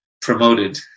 promoted